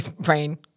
brain